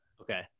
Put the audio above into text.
Okay